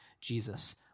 Jesus